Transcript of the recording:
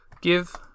Give